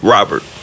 Robert